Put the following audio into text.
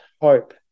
hope